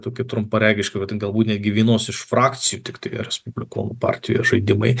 tokie trumparegiški vat ir galbūt netgi vienos iš frakcijų tiktai respublikonų partijoje žaidimai